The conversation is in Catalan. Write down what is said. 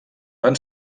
van